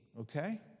okay